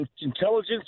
Intelligence